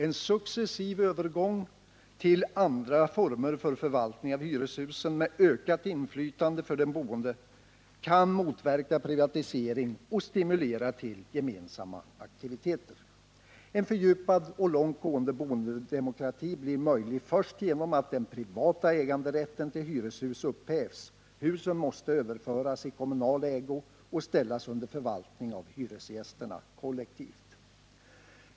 En successiv övergång till andra former för förvaltning av hyreshusen med ökat inflytande för de boende kan motverka privatisering och stimulera till gemensamma aktiviteter. En fördjupad och långt gående boendedemokrati blir möjlig först genom att den privata äganderätten till hyreshus upphävs. Husen måste överföras i kommunal ägo och ställas under förvaltning av hyresgästerna kollektivt.